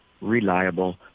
reliable